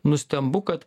nustembu kad